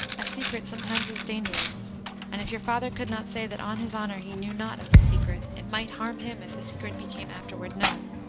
a secret sometimes is dangerous and if your father could not say that on his honor he knew not of the secret, it might harm him if the secret became afterward known.